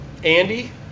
Andy